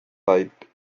light